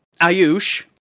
Ayush